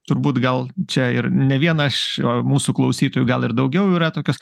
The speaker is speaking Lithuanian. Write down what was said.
turbūt gal čia ir ne vien aš o mūsų klausytojų gal ir daugiau yra tokios